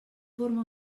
forma